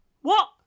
What